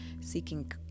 seeking